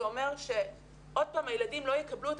זה אומר שעוד פעם הילדים לא יקבלו את